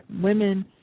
women